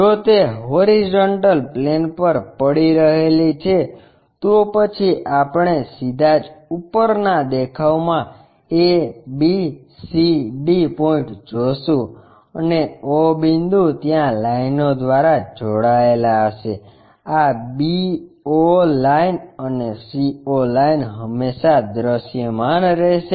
જો તે horizontal plane પર પડી રહેલી છે તો પછી આપણે સીધા જ ઉપરના દેખાવમાં a b c d point જોશું અને o બિંદુ ત્યાં લાઇનો દ્વારા જોડાયેલા હશે આ b o લાઇન અને c o લાઇન હંમેશાં દૃશ્યમાન રહેશે